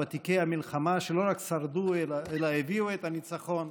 לוותיקי המלחמה שלא רק שרדו אלא הביאו את הניצחון,